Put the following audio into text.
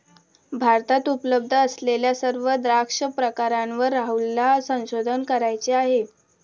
भारतात उपलब्ध असलेल्या सर्व द्राक्ष प्रकारांवर राहुलला संशोधन करायचे आहे